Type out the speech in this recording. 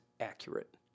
accurate